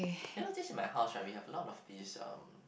you know this is my house right we have a lot of this um